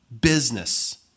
business